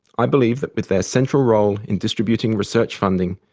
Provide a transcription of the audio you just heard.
i believe that with their central role in distributing research funding,